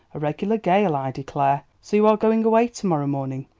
a regular gale, i declare. so you are going away to-morrow morning.